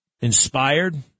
inspired